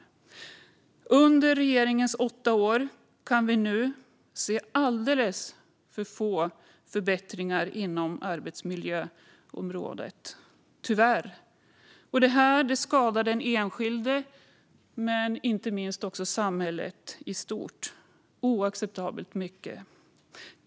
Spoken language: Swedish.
Vi kan under regeringens åtta år tyvärr se alldeles för få förbättringar inom arbetsmiljöområdet. Detta skadar den enskilde och inte minst samhället i stort oacceptabelt mycket.